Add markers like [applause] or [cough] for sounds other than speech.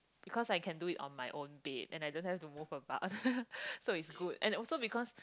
because I can do it on my own bed and I just have to move about [laughs] so it's good and also because